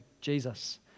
Jesus